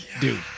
dude